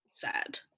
sad